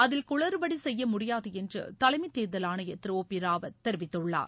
அதில் குளறுபடி செய்ய முடியாது என்று தலைமைத் தேர்தல் ஆணையர் திரு ஒ பி ராவத் தெரிவித்துள்ளார்